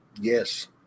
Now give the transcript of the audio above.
Yes